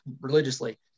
religiously